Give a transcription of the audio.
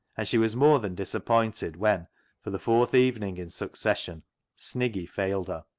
and she was more than disappointed when for the fourth evening in succession sniggy failed her.